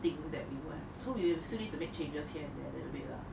things that we have so we will still need to make changes here and there a little bit lah